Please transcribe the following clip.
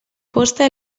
posta